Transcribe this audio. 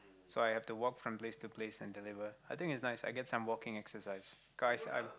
so I have to walk from place to place and deliver I think it's nice I get some walking exercise cause I I'm